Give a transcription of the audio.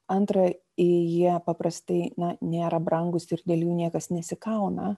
antra jie paprastai na nėra brangūs ir dėl jų niekas nesikauna